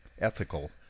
ethical